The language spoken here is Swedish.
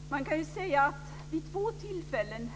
Herr talman! Man kan säga att det är vid två tillfällen